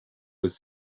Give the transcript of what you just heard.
was